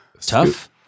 tough